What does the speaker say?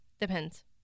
Depends